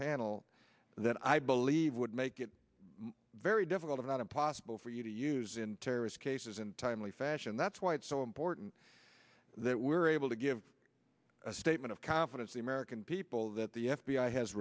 panel that i believe would make it very difficult if not impossible for you to use in terrorist cases in timely fashion that's why it's so important that we're able to give a statement of confidence the american people that the f b i has